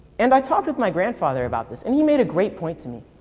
and i talked with my grandfather about this, and he made a great point to me.